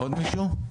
עוד מישהו?